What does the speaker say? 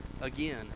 again